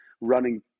running